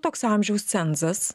toks amžiaus cenzas